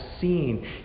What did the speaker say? seen